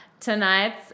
Tonight's